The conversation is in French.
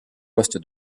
poste